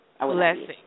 Blessing